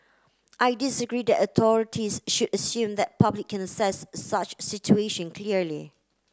I disagree that the authorities should assume that the public can assess such a situation clearly